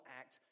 act